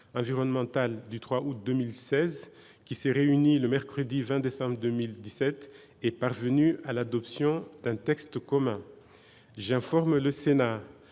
du 3 août 2016, qui s'est réunie le mercredi 20 décembre 2017, est parvenue à l'adoption d'un texte commun. J'informe le Sénat